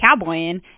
cowboying